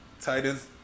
Titans